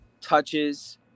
touches